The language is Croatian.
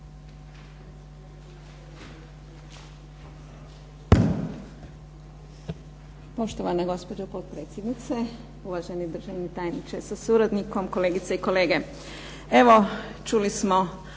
Poštovane gospođo potpredsjednice, uvaženi državni tajniče sa suradnikom, kolegice i kolege.